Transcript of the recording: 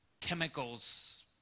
chemicals